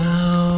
Now